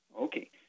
Okay